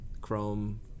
Chrome